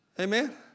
Amen